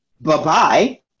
bye-bye